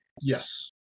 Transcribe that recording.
Yes